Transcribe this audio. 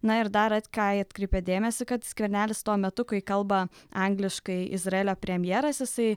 na ir dar at ką atkreipė dėmesį kad skvernelis tuo metu kai kalba angliškai izraelio premjeras jisai